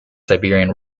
siberian